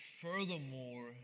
furthermore